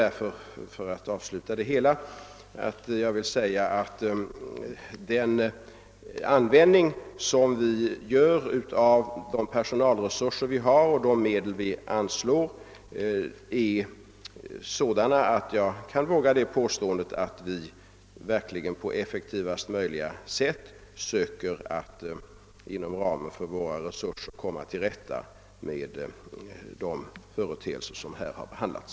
Mot denna bakgrund vågar jag påstå att användningen av personalresurserna och av de medel vi anslår innebär att vi verkligen på effektivaste möjliga sätt söker att inom ramen för våra resurser komma till rätta med de företeelser som här har behandlats.